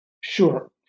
Sure